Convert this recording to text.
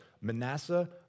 Manasseh